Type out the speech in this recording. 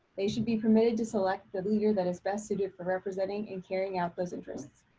they should be permitted to select the leader that is best suited for representing and carrying out those interests.